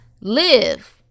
live